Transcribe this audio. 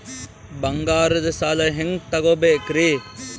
ಬಂಗಾರದ್ ಸಾಲ ಹೆಂಗ್ ತಗೊಬೇಕ್ರಿ?